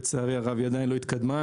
לצערי הרב היא עדיין לא התקדמה.